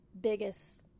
biggest